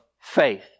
faith